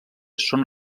són